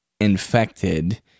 infected